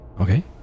Okay